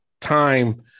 time